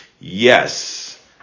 yes